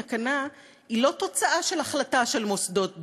"תקנה" היא לא תוצאה של החלטה של מוסדות דת,